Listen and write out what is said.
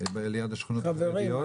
ליד השכונות החרדיות,